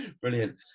Brilliant